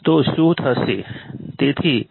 તો શું થશે